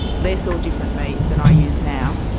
less or different meat than i use now,